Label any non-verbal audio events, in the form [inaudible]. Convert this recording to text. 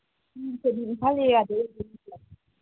ꯎꯝ [unintelligible] ꯏꯝꯐꯥꯜ ꯑꯦꯔꯤꯌꯥꯗꯩ ꯑꯣꯏꯗꯣꯏ ꯅꯠꯇ꯭ꯔꯣ